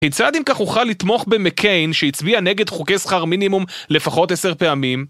כיצד אם כך אוכל לתמוך במקיין שהצביע נגד חוקי שכר מינימום לפחות עשר פעמים